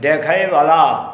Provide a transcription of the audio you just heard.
देखयवला